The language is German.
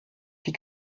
die